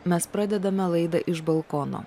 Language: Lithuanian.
mes pradedame laidą iš balkono